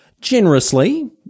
generously